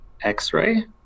X-ray